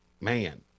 man